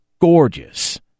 gorgeous